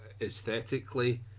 aesthetically